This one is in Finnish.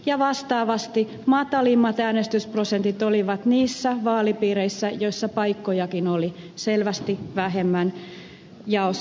ja vastaavasti matalimmat äänestysprosentit olivat niissä vaalipiireissä joissa paikkojakin oli selvästi vähemmän jaossa